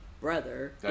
brother